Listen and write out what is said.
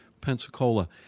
Pensacola